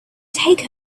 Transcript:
take